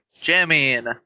jamming